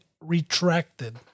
retracted